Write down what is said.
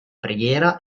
preghiera